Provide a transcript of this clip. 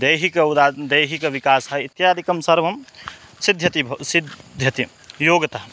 दैहिकम् उदाहरणं दैहिकविकासः इत्यादिकं सर्वं सिद्ध्यति भवति सिद्ध्यति योगतः